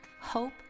hope